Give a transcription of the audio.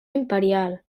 imperial